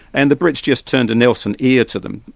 and the brits just turned a nelson ear to them,